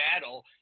battle